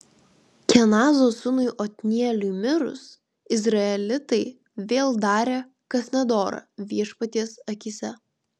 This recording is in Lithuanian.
kenazo sūnui otnieliui mirus izraelitai vėl darė kas nedora viešpaties akyse